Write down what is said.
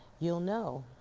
you'll know